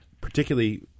particularly